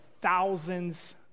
thousands